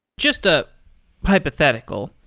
just a hypothetical,